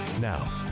Now